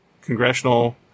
congressional